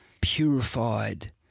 purified